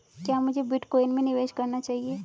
क्या मुझे बिटकॉइन में निवेश करना चाहिए?